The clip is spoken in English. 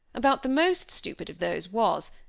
about the most stupid of those was,